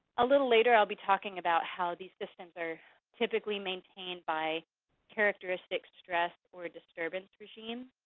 a little later i'll be talking about how these systems are typically maintained by characteristic stress or disturbance regimes,